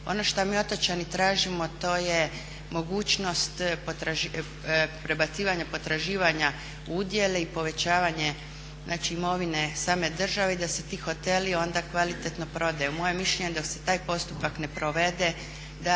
Ono što mi otočani tražimo to je mogućnost prebacivanja potraživanja udjela i povećavanje znači imovine same države i da se ti hoteli onda kvalitetno prodaju. Moje mišljenje dok se taj postupak ne provede da